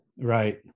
right